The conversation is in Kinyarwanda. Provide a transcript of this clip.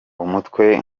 umutwe